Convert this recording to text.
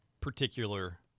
particular